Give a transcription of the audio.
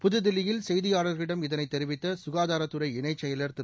புதுதில்லியில் செய்தியாளா்களிடம் இதனை தெரிவித்த சுகாதாரத்துறை இணைச் செயலா் திரு